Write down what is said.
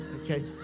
Okay